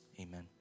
Amen